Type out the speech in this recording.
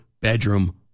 bedroom